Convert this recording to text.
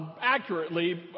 accurately